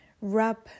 wrap